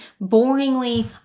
boringly